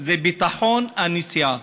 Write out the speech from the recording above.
יחד עם זאת, אני הגשתי שאילתה דחופה: